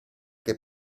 che